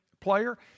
player